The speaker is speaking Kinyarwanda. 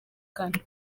kane